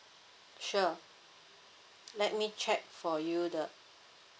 sure let me check for you the